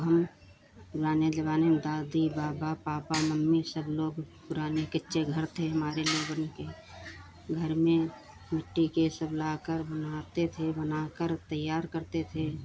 हम पुराने जबानेम दादी बाबा पापा मम्मी सब लोग पुराने कच्चे घर थे हमारे लोगन के घर में मिट्टी के सब लाकर बनाते थे बना कर तैयार करते थे